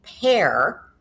pair